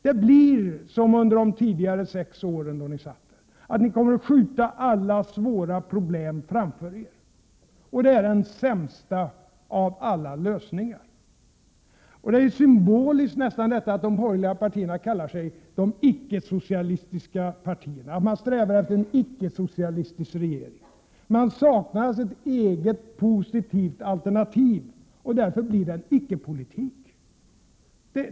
Det blir som under de tidigare sex åren då ni satt där, att ni kommer att skjuta alla svåra problem framför er — och det är den sämsta av alla lösningar. Det är ju nästan symboliskt att de borgerliga partierna kallar sig de icke-socialistiska partierna, som strävar efter en icke-socialistisk regering. Man saknar alltså ett eget, positivt alternativ. Därför blir det en icke-politik.